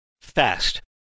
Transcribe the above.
fast